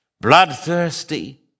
bloodthirsty